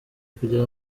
kugera